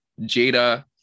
Jada